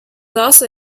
also